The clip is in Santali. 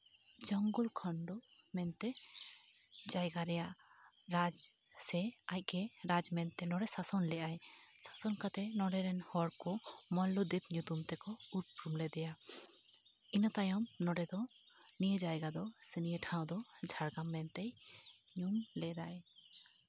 ᱡᱚᱝᱜᱚᱞ ᱠᱷᱚᱱᱰᱚ ᱢᱮᱱᱛᱮ ᱡᱟᱭᱜᱟ ᱨᱮᱭᱟᱜ ᱨᱟᱡᱽ ᱥᱮ ᱟᱡᱜᱮ ᱨᱟᱡᱽ ᱢᱮᱱᱛᱮ ᱱᱚᱰᱮ ᱥᱟᱥᱚᱱ ᱞᱮᱜ ᱟᱭ ᱥᱟᱥᱚᱱ ᱠᱟᱛᱮᱜ ᱱᱚᱰᱮ ᱨᱮᱱ ᱦᱚᱲ ᱠᱚ ᱢᱚᱞᱞᱚ ᱫᱮᱵᱽ ᱧᱩᱛᱩᱢ ᱛᱮᱠᱚ ᱩᱨᱩᱢ ᱞᱮᱫᱮᱭᱟ ᱤᱱᱟᱹ ᱛᱟᱭᱚᱢ ᱱᱚᱰᱮ ᱫᱚ ᱱᱤᱭᱟᱹ ᱡᱟᱭᱜᱟ ᱫᱚ ᱥᱮ ᱱᱤᱭᱟᱹ ᱴᱷᱟᱶ ᱫᱚ ᱡᱷᱟᱲᱜᱨᱟᱢ ᱢᱮᱱᱛᱮ ᱧᱩᱢ ᱞᱮᱫᱟᱭ